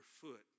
foot